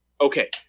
Okay